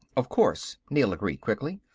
of course, neel agreed quickly.